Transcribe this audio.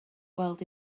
gweld